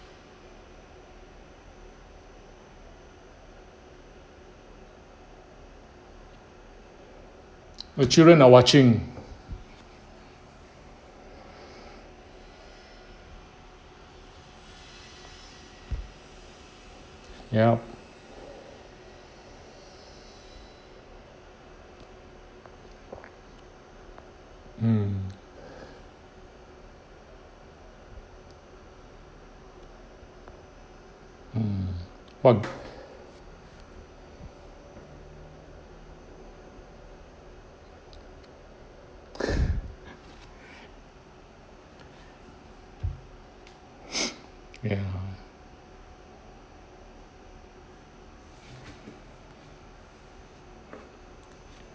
the children are watching yup mm mm but ya